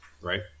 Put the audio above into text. right